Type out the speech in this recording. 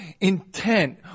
intent